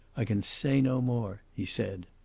i can say no more, he said.